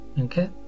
Okay